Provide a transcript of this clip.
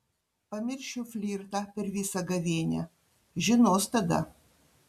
pamiršiu flirtą per visą gavėnią žinos tada